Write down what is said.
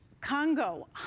Congo